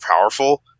powerful